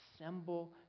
assemble